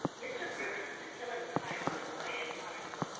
mr. briggerland, killing time on the quay at monaco,